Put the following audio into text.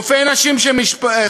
רופאי נשים חסרים,